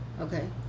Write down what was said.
Okay